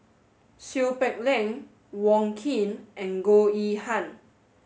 Seow Peck Leng Wong Keen and Goh Yihan